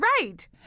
Right